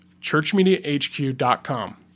churchmediahq.com